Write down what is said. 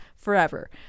forever